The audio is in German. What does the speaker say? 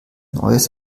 neues